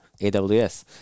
AWS